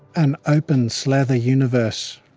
an open slather universe,